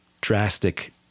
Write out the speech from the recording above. drastic